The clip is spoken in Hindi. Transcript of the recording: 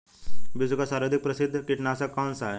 विश्व का सर्वाधिक प्रसिद्ध कीटनाशक कौन सा है?